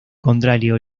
contrario